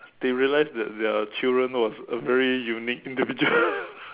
they realized that their children was a very unique individual